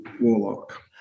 warlock